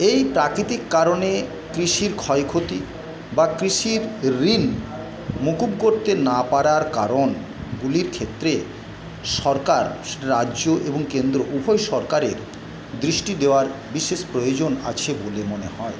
এই প্রাকৃতিক কারণে কৃষির ক্ষয়ক্ষতি বা কৃষির ঋণ মুকুব করতে না পারার কারণগুলির ক্ষেত্রে সরকার রাজ্য এবং কেন্দ্র উভয় সরকারের দৃষ্টি দেওয়ার বিশেষ প্রয়োজন আছে বলে মনে হয়